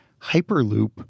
Hyperloop